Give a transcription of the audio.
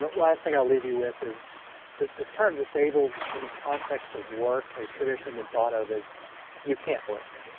last thing i'll leave you with is the the term disabled in the context of work has previously been thought of as you can't work,